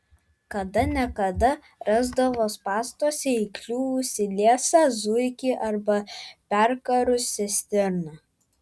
kada ne kada rasdavo spąstuose įkliuvusį liesą zuikį arba perkarusią stirną